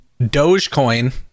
dogecoin